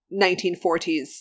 1940s